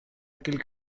aquel